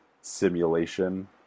simulation